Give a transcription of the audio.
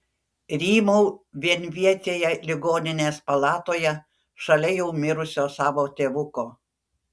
rymau vienvietėje ligoninės palatoje šalia jau mirusio savo tėvuko